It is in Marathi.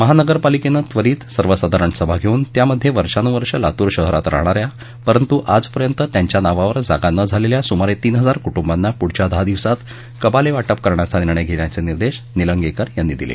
महानगरपालिकेनं त्वरित सर्वसाधारण सभा घेऊन त्यामध्ये वर्षानुवर्षे लातूर शहरात राहणाऱ्या परंतू आजपर्यंत त्यांच्या नावावर जागा न झालेल्या सुमारे तीन हजार कूटुंबांना पुढच्या दहा दिवसांत कबाले वाटप करण्याचा निर्णय घेण्याचे निर्देश निलंगेकर यांनी दिले